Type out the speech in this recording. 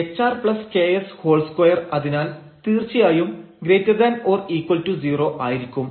Δf12r hrks2⋯ hrks2 അതിനാൽ തീർച്ചയായും ≧ 0 ആയിരിക്കും